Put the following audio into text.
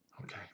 Okay